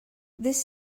this